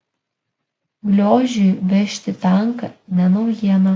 gliožiui vežti tanką ne naujiena